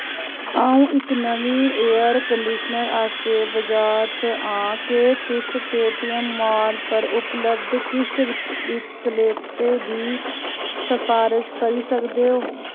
अ'ऊं इक नमीं एयर कंडीशनर आस्तै बजार च आं केह् तुस पेऽटीऐम्म माल पर उपलब्ध किश विकल्पें दी सफारश करी सकदे ओ